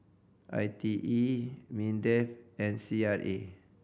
I T E MINDEF and C R A